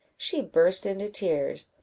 she burst into tears,